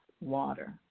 water